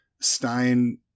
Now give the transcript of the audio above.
Stein